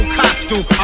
costume